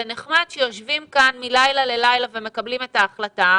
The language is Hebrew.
זה נחמד שיושבים כאן מלילה ללילה ומקבלים את ההחלטה,